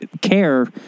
care